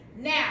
Now